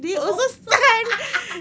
oh oh